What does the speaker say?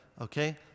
Okay